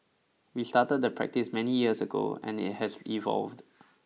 we started the practice many years ago and it has evolved